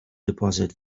deposit